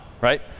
right